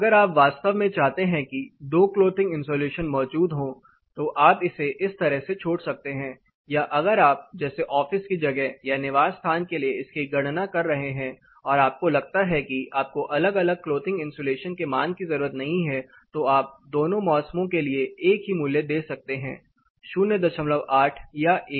अगर आप वास्तव में चाहते हैं कि दो क्लोथिंग इंसुलेशन मौजूद हों तो आप इसे इस तरह से छोड़ सकते हैं या अगर आप जैसे ऑफिस की जगह या निवास स्थान के लिए इसकी गणना कर रहे हैं और आपको लगता है कि आपको अलग अलग क्लोथिंग इंसुलेशन के मान की जरूरत नहीं है तो आप दोनों मौसमों के लिए एक ही मूल्य दे सकते हैं 08 या 1